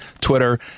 Twitter